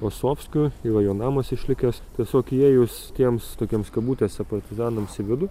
osovskiui jojo namas išlikęs tiesiog įėjus tiems tokiems kabutėse partizanams į vidų